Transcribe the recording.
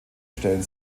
stellen